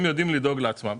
הגופים יודעים לדאוג לעצמם,